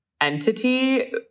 entity